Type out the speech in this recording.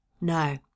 No